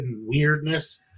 weirdness